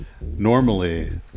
normally